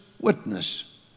witness